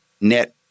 net